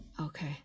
okay